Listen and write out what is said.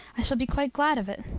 i shall be quite glad of it.